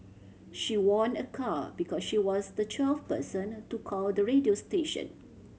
she won a car because she was the twelfth person to call the radio station